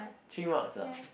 three marks ah